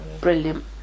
Brilliant